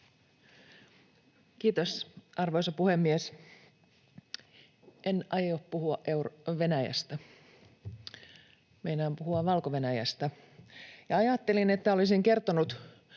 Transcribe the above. Kiitos, arvoisa puhemies! En aio puhua Venäjästä, meinaan puhua Valko-Venäjästä. Ajattelin, että olisin kertonut